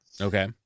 Okay